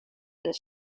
this